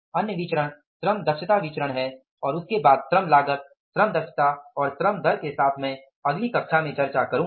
अन्य विचरण श्रम दक्षता विचरण है और उसके बाद श्रम लागत श्रम दक्षता और श्रम दर के साथ मैं अगली कक्षा में चर्चा करूंगा